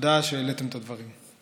תודה שהעליתם את הדברים.